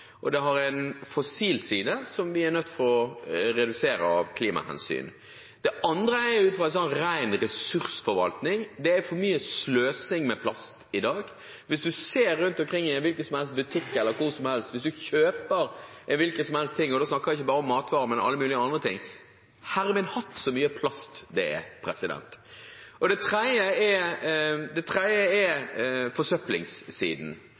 og det har en fossil side som vi er nødt til å redusere av klimahensyn. Den andre grunnen er ren ressursforvaltning. Det er for mye sløsing med plast i dag. Hvis man ser seg omkring i en hvilken som helst butikk, hvis man skal kjøpe en hvilken som helst ting – og da snakker jeg ikke bare om matvarer, men om alle mulige andre ting: Herre min hatt, så mye plast det er. Og den tredje grunnen er forsøpling. Vi vet, og miljøministeren har vært en av dem som har tatt det